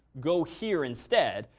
go here instead.